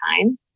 time